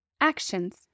Actions